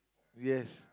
yes